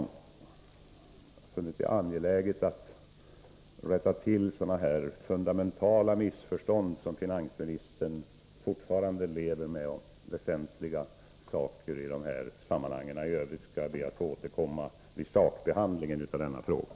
Jag har funnit det angeläget att rätta till de fundamentala missförstånd som finansministern fortfarande lever med. Väsentliga frågor i detta sammanhang i övrigt ber jag att få återkomma till i samband med sakbehandlingen av detta ärende.